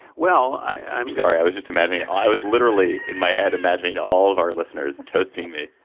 well, i'm sorry, i was just imagining. i was literally in my head imagining all of our listeners toasting me,